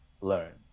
learned